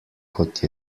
kot